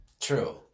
True